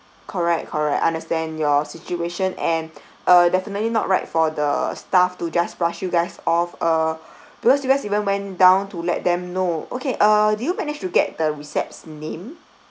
correct correct understand your situation and uh definitely not right for the staff to just brush you guys off uh because you guys even went down to let them know okay uh do you manage to get the recep's name